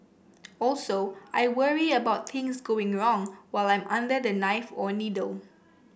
also I worry about things going wrong while I'm under the knife or needle